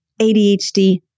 ADHD